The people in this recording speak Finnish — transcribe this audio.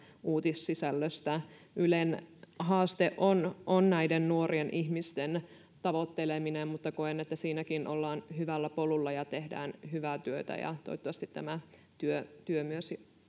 uutissisällöstä ylen haaste on on näiden nuorien ihmisten tavoitteleminen mutta koen että siinäkin ollaan hyvällä polulla ja tehdään hyvää työtä ja toivottavasti tämä työ työ myös